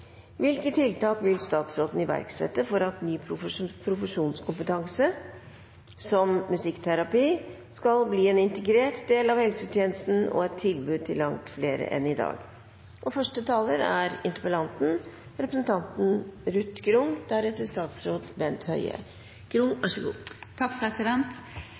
Hvilke tiltak vil ministeren iverksette for at ny profesjonskompetanse, som musikkterapi, skal bli en integrert del av helsetjenestene og et tilbud til langt flere enn i dag?